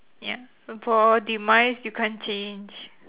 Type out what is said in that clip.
ya for demise you can't change